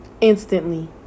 instantly